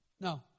No